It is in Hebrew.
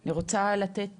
אני רוצה לתת